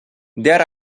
there